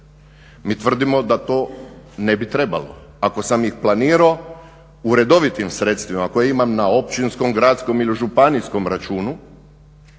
Mi tvrdimo da to ne bi trebalo. Ako sam ih planirao u redovitim sredstvima koje imam na općinskom, gradskom ili županijskom računu